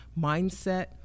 mindset